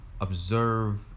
observe